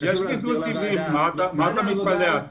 --- מה אתה מתפלא, אסף.